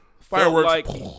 Fireworks